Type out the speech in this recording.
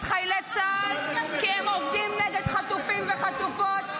חיילי צה"ל ------- כי הם עובדים נגד חטופים וחטופות,